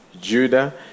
Judah